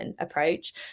approach